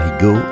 Go